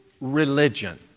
religion